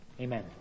Amen